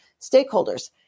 stakeholders